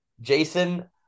Jason